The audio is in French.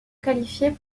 qualifiée